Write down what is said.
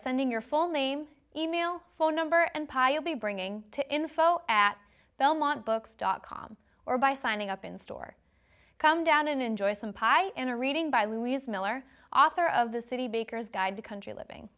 sending your full name email phone number and piously bringing to info at belmont books dot com or by signing up in store come down and enjoy some pie in a reading by louise miller author of the city bakers guide to country living